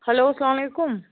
hello اسلام علیکُم